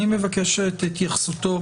אני מבקש את התייחסותו